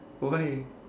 why